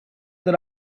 that